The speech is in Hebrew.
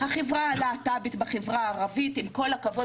החברה הלהט"בית בחברה הערבית עם כל הכבוד